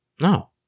No